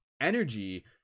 energy